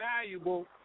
valuable